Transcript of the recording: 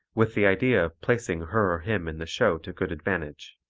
with the idea of placing her or him in the show to good advantage.